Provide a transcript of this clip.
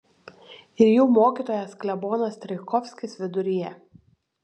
ir jų mokytojas klebonas strijkovskis viduryje